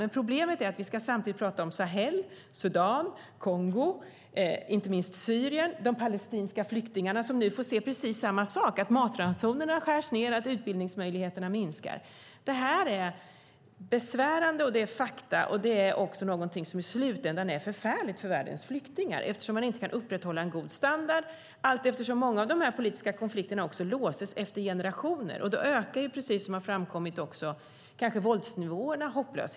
Men problemet är att vi samtidigt ska prata om Sahel, Sudan, Kongo, inte minst Syrien och de palestinska flyktingarna, som nu får se precis samma sak, att matransonerna skärs ned och att utbildningsmöjligheterna minskar. Detta är besvärande, och det är fakta, och det är något som i slutändan är förfärligt för världens flyktingar, eftersom man inte kan upprätthålla en god standard. Många av de här politiska konflikterna låses också efter generationer, och då ökar kanske våldsnivåerna och hopplösheten, precis som har framkommit.